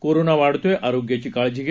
corona वाढतोय आरोग्याची काळजी घ्या